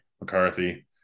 McCarthy